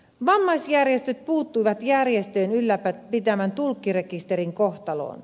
vammaisjärjestöt puuttuivat järjestöjen ylläpitämän tulkkirekisterin kohtaloon